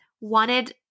wanted